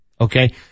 Okay